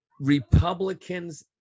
Republicans